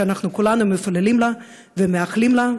שאנחנו כולנו מפללים לה ומייחלים לה,